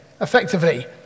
effectively